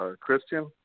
Christian